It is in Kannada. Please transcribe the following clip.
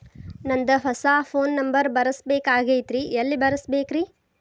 ನಂದ ಹೊಸಾ ಫೋನ್ ನಂಬರ್ ಬರಸಬೇಕ್ ಆಗೈತ್ರಿ ಎಲ್ಲೆ ಬರಸ್ಬೇಕ್ರಿ?